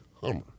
Hummer